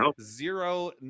Zero